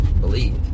believe